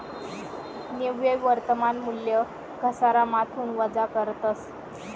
निव्वय वर्तमान मूल्य घसारामाथून वजा करतस